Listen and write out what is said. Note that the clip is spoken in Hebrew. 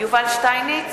יובל שטייניץ,